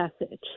message